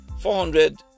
400